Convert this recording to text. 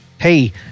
hey